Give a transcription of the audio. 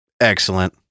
excellent